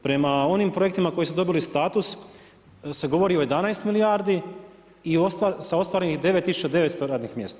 Prema onim projektima koji su dobili status, se govori o 11 milijardi i sa ostvarenim 9900 radnih mjesta.